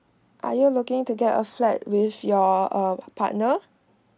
are you looking to get a flat with your uh partner